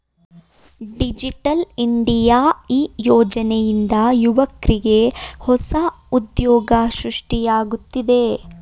digital India ಈ ಯೋಜನೆಯಿಂದ ಯುವಕ್ರಿಗೆ ಹೊಸ ಉದ್ಯೋಗ ಸೃಷ್ಟಿಯಾಗುತ್ತಿದೆ